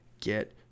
get